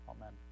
Amen